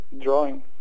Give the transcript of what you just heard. drawing